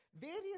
various